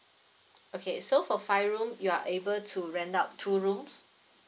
okay so for five room you are able to rent out two rooms